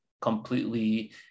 completely